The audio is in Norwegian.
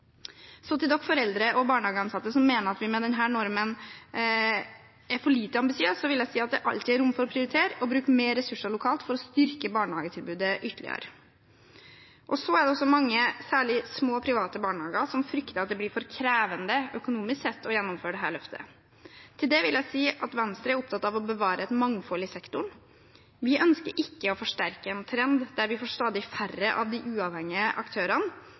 Så til de foreldre og barnehageansatte som mener at denne normen er for lite ambisiøs, vil jeg si at det alltid er rom for å prioritere å bruke mer ressurser lokalt for å styrke barnehagetilbudet ytterligere. Så er det mange, særlig små private barnehager, som frykter at det blir for krevende økonomisk å gjennomføre dette løftet. Til det vil jeg si at Venstre er opptatt av å bevare et mangfold i sektoren. Vi ønsker ikke å forsterke en trend der vi får stadig færre av de uavhengige aktørene.